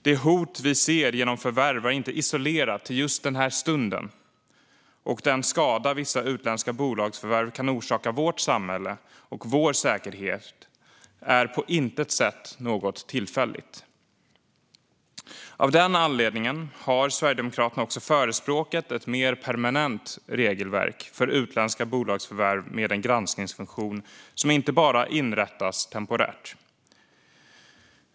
De hot vi ser genom förvärv är inte isolerade till just den stunden, och den skada vissa utländska bolagsförvärv kan orsaka vårt samhälle och vår säkerhet är på intet sätt något tillfälligt. Av den anledningen har Sverigedemokraterna också förespråkat ett mer permanent regelverk för utländska bolagsförvärv med en granskningsfunktion som inte bara inrättas temporärt.